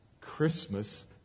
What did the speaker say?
Christmas